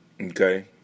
okay